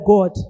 God